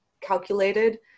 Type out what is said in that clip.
calculated